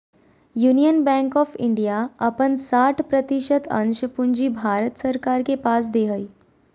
union bank of India अपन साठ प्रतिशत अंश पूंजी भारत सरकार के पास दे हइ